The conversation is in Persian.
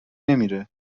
نمیره